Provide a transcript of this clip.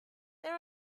there